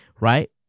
right